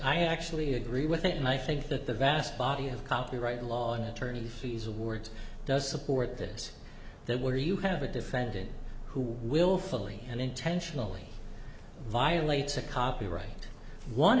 i actually agree with it and i think that the vast body of copyright law in attorney fees awards does support that they were you have a defendant who willfully and intentionally violates a copyright one